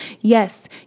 Yes